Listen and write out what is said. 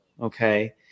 okay